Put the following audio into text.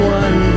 one